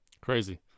Crazy